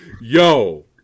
Yo